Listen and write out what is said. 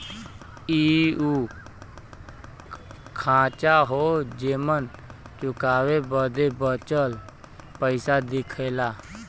इ उ खांचा हौ जेमन चुकाए बदे बचल पइसा दिखला